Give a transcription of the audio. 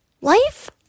Life